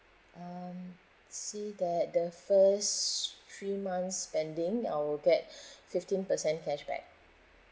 um see that the first three months spending I will get fifteen percent cashback